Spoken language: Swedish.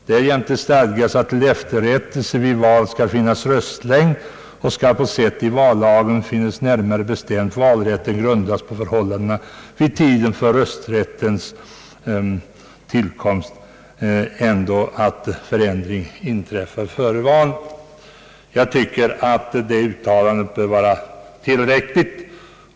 Därjämte stadgas att till efterrättelse vid val skall finnas röstlängd; och skall, på sätt i vallagen finnes närmare bestämt, valrätten grundas på förhållandena vid tiden för röstlängdens tillkomst, ändå att förändring inträffar före valet.» Jag tycker att det uttalandet bör vara tillräckligt.